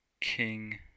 king